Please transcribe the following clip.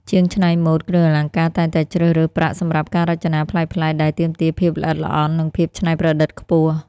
ជាងច្នៃម៉ូដគ្រឿងអលង្ការតែងតែជ្រើសរើសប្រាក់សម្រាប់ការរចនាប្លែកៗ ដែលទាមទារភាពល្អិតល្អន់ និងភាពច្នៃប្រឌិតខ្ពស់។